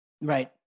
Right